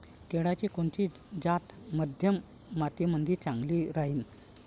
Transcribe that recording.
केळाची कोनची जात मध्यम मातीमंदी चांगली राहिन?